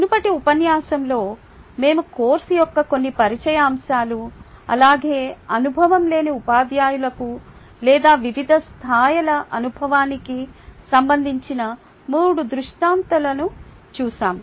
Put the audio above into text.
మునుపటి ఉపన్యాసంలో మేము కోర్సు యొక్క కొన్ని పరిచయ అంశాలను అలాగే అనుభవం లేని ఉపాధ్యాయులకు లేదా వివిధ స్థాయిల అనుభవానికి సంబంధించిన 3 దృష్టాంతలను చూశాము